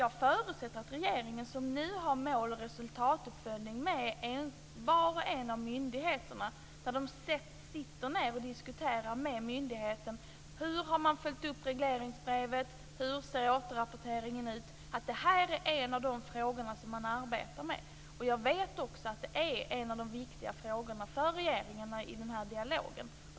Jag förutsätter att regeringen, som nu har mål och resultatuppföljning i var och en av myndigheterna, sitter ned och diskuterar med myndigheten om hur man har följt upp regleringsbrevet och hur återrapporteringen ser ut. Det här är en av de frågor som man arbetar med. Jag vet också att det är en av de viktiga frågorna för regeringen i den här dialogen.